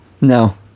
no